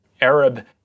Arab